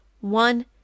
One